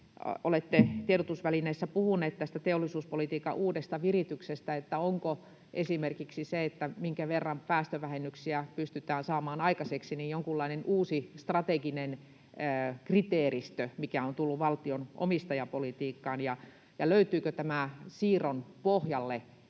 olette tiedotusvälineissä puhunut tästä teollisuuspolitiikan uudesta virityksestä: onko esimerkiksi se, minkä verran päästövähennyksiä pystytään saamaan aikaiseksi, jonkunlainen uusi strateginen kriteeristö, mikä on tullut valtion omistajapolitiikkaan, ja löytyykö tämän siirron pohjalle